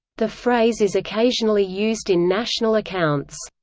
the phrase is occasionally used in national accounts.